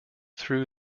through